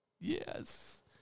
yes